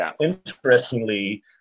interestingly